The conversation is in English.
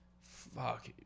Fuck